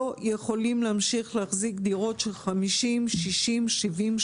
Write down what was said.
לא יכולים להמשיך להחזיק דירות של 70-50 שנה.